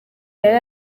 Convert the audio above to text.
yari